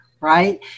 right